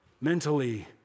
Mentally